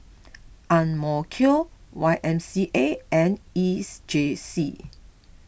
Y M C A and E J C